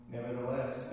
Nevertheless